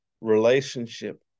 relationship